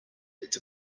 its